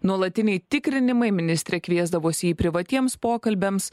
nuolatiniai tikrinimai ministrė kviesdavosi jį privatiems pokalbiams